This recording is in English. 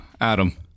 adam